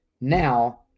now